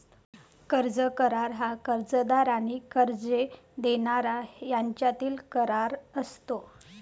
कर्ज करार हा कर्जदार आणि कर्ज देणारा यांच्यातील करार असतो